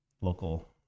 local